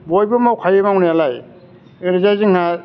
बयबो मावखायो मावनायालाय ओरैजाय जोंहा